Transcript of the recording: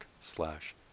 slash